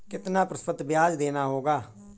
कितना प्रतिशत ब्याज देना होगा?